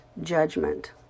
judgment